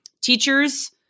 teachers